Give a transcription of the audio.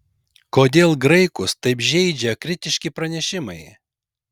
kodėl graikus taip žeidžia kritiški pranešimai